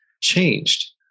changed